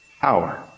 power